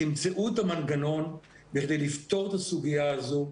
תמצאו את המנגנון כדי לפתור את הסוגייה הזו.